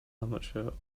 amateur